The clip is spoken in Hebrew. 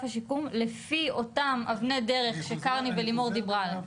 השיקום לפי אותם אבני דרך שקרני ולימור דיברו עליהם.